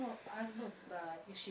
אנחנו אז בישיבה